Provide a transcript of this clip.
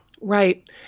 Right